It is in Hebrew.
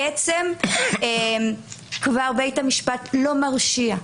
בית המשפט כבר לא מרשיע בו.